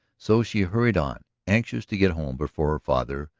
so she hurried on, anxious to get home before her father,